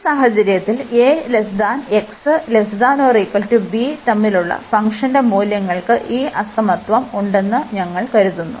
ഈ സാഹചര്യത്തിൽ ax≤b തമ്മിലുള്ള ഫംഗ്ഷന്റെ മൂല്യങ്ങൾക്ക് ഈ അസമത്വം ഉണ്ടെന്ന് ഞങ്ങൾ കരുതുന്നു